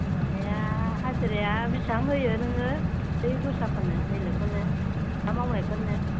माबाया हाजिराया बिसिबां होयो नोङो बै दस्राफोरनो बेलेकफोरनो दा मावनायफोरनो